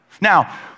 Now